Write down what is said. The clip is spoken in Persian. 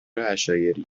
عشایری